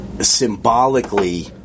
symbolically